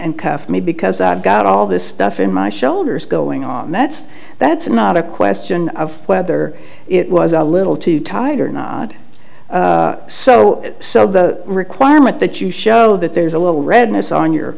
and cuff me because i've got all this stuff in my shoulders going on and that's that's not a question of whether it was a little too tight or not so so the requirement that you show that there's a little redness on your